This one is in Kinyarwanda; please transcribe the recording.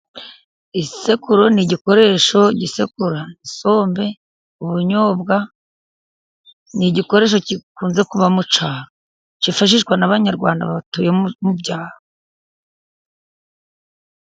Isekuru ni igikoresho gisekura isombe, ubunyobwa, ni igikoresho gikunze kuba mu cyaro, kifashishwa n'Abanyarwa batuye mu cyaro.